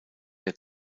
der